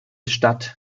stadt